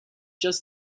just